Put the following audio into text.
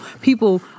people